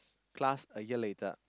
class a year later